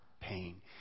pain